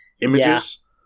images